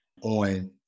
on